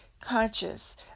conscious